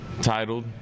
Titled